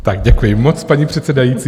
Tak děkuji moc, paní předsedající.